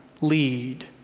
lead